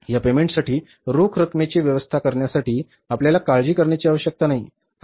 या पेमेंट्ससाठी रोख रकमेची व्यवस्था करण्यासाठी आपल्याला काळजी करण्याची आवश्यकता नाही